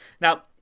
Now